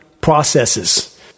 processes